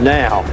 now